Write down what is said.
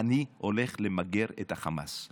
אני הולך למגר את החמאס,